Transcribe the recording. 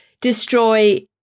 destroy